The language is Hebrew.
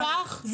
גם אותך?